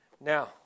Now